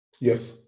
Yes